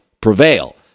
prevail